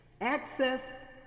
Access